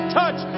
touch